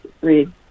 read